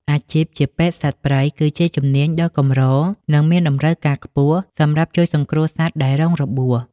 អាជីពជាពេទ្យសត្វព្រៃ គឺជាជំនាញដ៏កម្រ និងមានតម្រូវការខ្ពស់សម្រាប់ជួយសង្គ្រោះសត្វដែលរងរបួស។